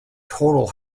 total